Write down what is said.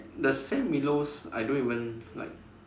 the Sam Willows I don't even like